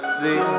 see